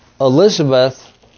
Elizabeth